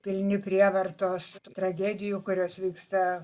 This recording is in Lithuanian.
pilni prievartos tų tragedijų kurios vyksta